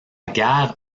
guerre